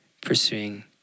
pursuing